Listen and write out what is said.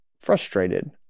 frustrated